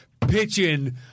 pitching